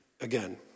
again